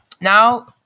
Now